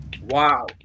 wow